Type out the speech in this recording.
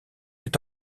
est